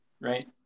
right